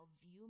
view